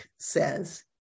says